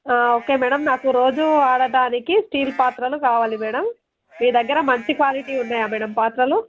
okay madam నాకు రోజు వాడటానికి స్టీల్ పాత్రలు కావాలి మేడం మీ దగ్గర మంచి క్వాలిటీ ఉన్నాయా మేడం పాత్రలు